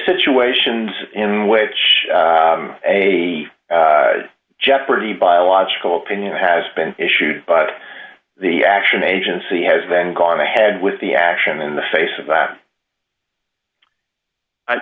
situations in which a jeopardy biological opinion has been issued by the action agency has then gone ahead with the action in the face of that